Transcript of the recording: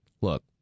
look